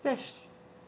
that's